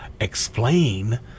explain